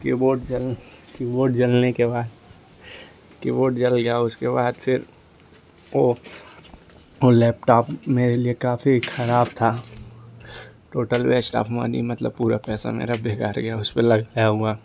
keyboard keyboard जलने के बाद कीबोर्ड जल गया उसके बाद फिर वो वो लैपटॉप मेरे लिए काफी खराब था टोटल वेस्ट ऑफ मनी पूरा पैसा मेरा बेकार गया उस पर लगाया हुआ